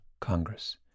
Congress